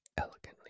elegantly